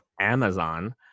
Amazon